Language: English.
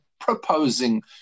proposing